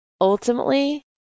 ultimately